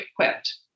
equipped